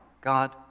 God